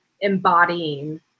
embodying